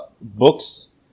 books